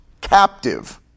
captive